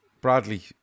Bradley